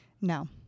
No